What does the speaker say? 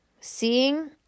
seeing